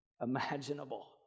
imaginable